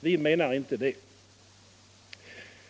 Vi menar inte det.